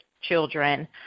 children